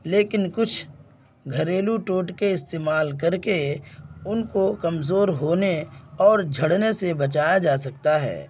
لیکن کچھ گھریلو ٹوٹکے استعمال کر کے ان کو کمزور ہونے اور جھڑنے سے بچایا جا سکتا ہے